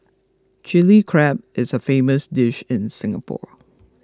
Chilli Crab is a famous dish in Singapore